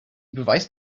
beweist